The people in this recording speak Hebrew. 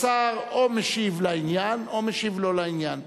השר, או משיב לעניין או משיב לא לעניין.